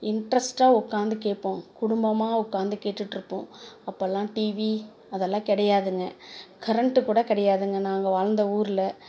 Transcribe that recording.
இண்ட்ரெஸ்ட்டாக உக்காந்து கேட்போம் குடும்பமாக உக்காந்து கேட்டுகிட்டுருப்போம் அப்போல்லாம் டிவி அதெல்லாம் கிடையாதுங்க கரண்ட்டு கூட கிடையாதுங்க நாங்கள் வாழ்ந்த ஊரில்